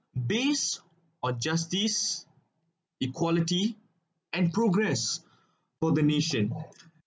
base or justice equality and progress for the nation